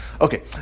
Okay